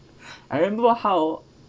I remember how